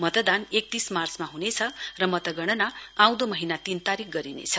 मतदान एकतीस मार्चमा ह्नेछ र मतगणना आउँदो महीना तीन तारीक गरिनेछ